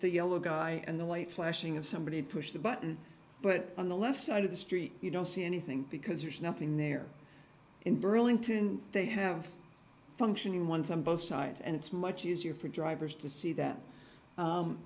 the yellow guy and the light flashing of somebody push the button but on the left side of the street you don't see anything because there's nothing there in burlington they have functioning ones on both sides and it's much easier for drivers to see that